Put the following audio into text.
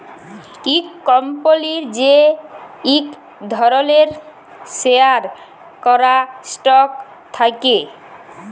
ইক কম্পলির যে ইক ধরলের শেয়ার ক্যরা স্টক থাক্যে